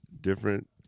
different